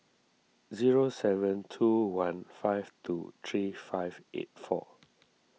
zero seven two one five two three five eight four